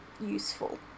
useful